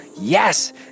yes